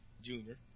Junior